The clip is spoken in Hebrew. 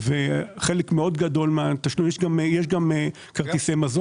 חלק גדול מאוד מן התשלומים יש גם כרטיסי מזון